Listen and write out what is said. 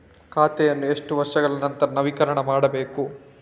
ಖಾತೆಯನ್ನು ಎಷ್ಟು ವರ್ಷಗಳ ನಂತರ ನವೀಕರಣ ಮಾಡಬೇಕು?